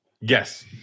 Yes